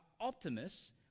optimists